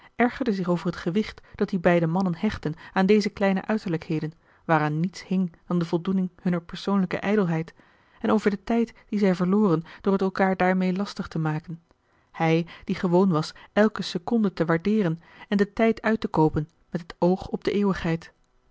ergerde zich over het gewicht dat die beide mannen hechtten aan deze kleine uiterlijkheden waaraan niets hing dan de voldoening hunner persoonlijke ijdelheid en over den tijd dien zij verloren door het elkaâr daarmeê lastig te maken hij die gewoon was elke seconde te waardeeren en den tijd uit te koopen met het oog op de